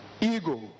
ego